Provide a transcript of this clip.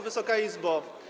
Wysoka Izbo!